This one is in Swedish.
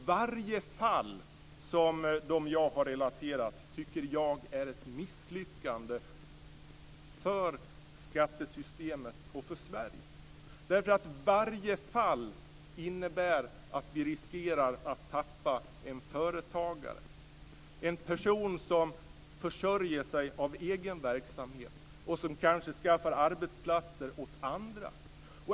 Varje fall, som dem jag har relaterat, tycker jag är ett misslyckande för skattesystemet och för Sverige. Varje fall innebär att vi riskerar att tappa en företagare, en person som försörjer sig av egen verksamhet och som kanske skaffar arbetsplatser åt andra.